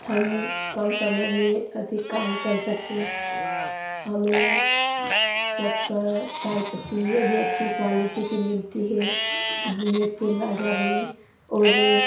हम कम समय में अधिक काम कर सकें हमें शक्कर चायपत्ती ये भी अच्छी क्वालिटी की मिलती है नेतपुर बाजार में और